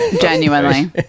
Genuinely